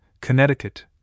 Connecticut